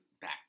back